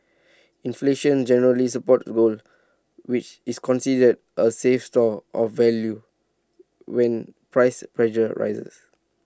inflation generally supports gold which is considered A safe store of value when price pressures rises